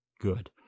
good